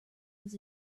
was